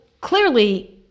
clearly